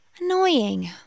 Annoying